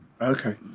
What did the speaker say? Okay